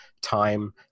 time